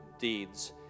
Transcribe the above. deeds